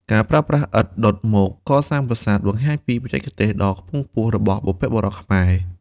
ការប្រើប្រាស់ឥដ្ឋដុតមកកសាងប្រាសាទ បង្ហាញពីបច្ចេកទេសដ៏ខ្ពង់ខ្ពស់របស់បុព្វបុរសខ្មែរ។